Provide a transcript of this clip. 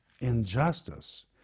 injustice